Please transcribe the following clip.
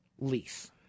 lease